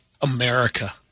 America